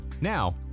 Now